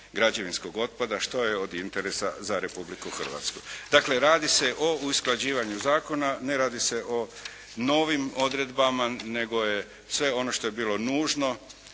građevinskog otpada što je od interesa za Republiku Hrvatsku. Dakle, radi se o usklađivanju zakona. Ne radi se o novim odredbama nego je sve ono što je bilo nužno